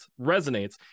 resonates